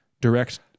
direct